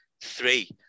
three